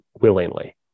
willingly